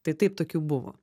tai taip tokių buvo